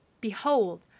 behold